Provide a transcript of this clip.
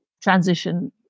transition